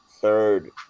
third